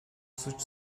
suç